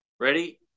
Ready